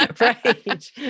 Right